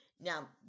Now